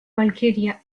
bulgaria